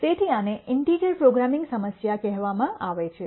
તેથી આને integer programming સમસ્યા કહેવામાં આવે છે